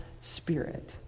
Spirit